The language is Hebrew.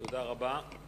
תודה רבה.